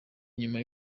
nyuma